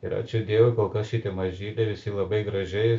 ir ačiū dievui kol kas šitie mažyliai visi labai gražiai